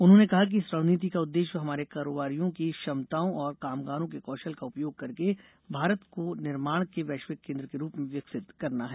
उन्होंने कहा कि इस रणनीति का उद्देश्य हमारे कारोबारियों की क्षमताओं और कामगारों के कौशल का उपयोग करके भारत को निर्माण के वैश्विक केन्द्र के रूप में विकसित करना है